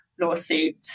lawsuit